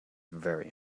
very